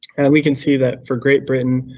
and we can see that for great britain,